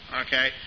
okay